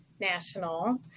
national